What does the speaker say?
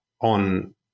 on